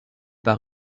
par